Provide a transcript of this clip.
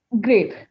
great